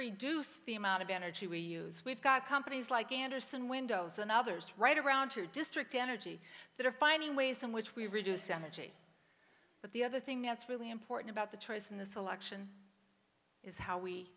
reduce the amount of energy we use we've got companies like andersen windows and others right around her district energy that are finding ways in which we reduce energy but the other thing that's really important about the choice in the selection is how we